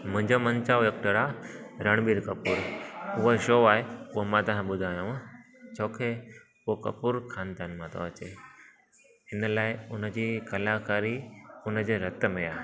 मुंहिंजो मनचाहो एक्टर आहे रणवीर कपूर उहो छो आहे उहो मां तव्हां खे ॿुधायांव छो कि हू कपूर खानदान मां थो अचे इन लाइ उनजी कलाकारी उनजे रति में आहे